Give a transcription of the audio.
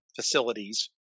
facilities